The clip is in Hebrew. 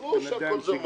ברור שהכול זה מס.